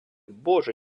боже